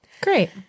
Great